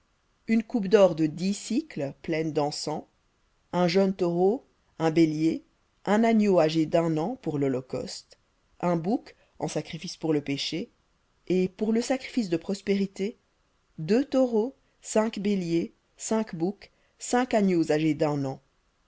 une coupe d'or de dix pleine dencens un jeune taureau un bélier un agneau âgé d'un an pour lholocauste un bouc en sacrifice pour le péché et pour le sacrifice de prospérités deux taureaux cinq béliers cinq boucs cinq agneaux âgés d'un an